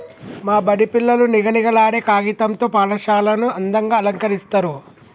మా బడి పిల్లలు నిగనిగలాడే కాగితం తో పాఠశాలను అందంగ అలంకరిస్తరు